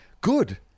good